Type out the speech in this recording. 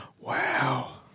Wow